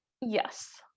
Yes